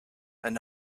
and